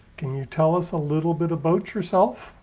can you tell us a little bit about yourself?